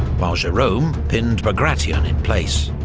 while jerome pinned bagration in place.